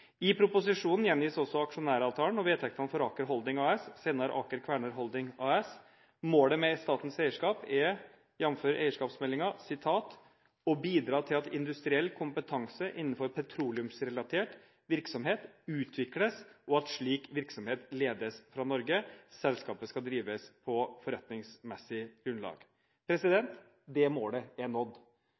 I proposisjonen gjengis også aksjonæravtalen og vedtektene for Aker Holding AS, senere Aker Kværner Holding AS. Målet med statens eierskap er, jf. eierskapsmeldingen, «å bidra til at industriell kompetanse innenfor petroleumsrelatert virksomhet utvikles og at slik virksomhet ledes fra Norge. Selskapet skal drives på forretningsmessig grunnlag.» Det målet er nådd.